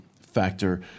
factor